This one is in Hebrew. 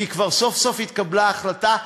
כי כבר סוף-סוף התקבלה ההחלטה,